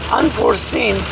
unforeseen